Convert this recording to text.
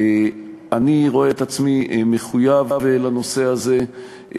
אני רואה את עצמי מחויב לנושא הזה,